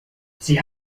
sie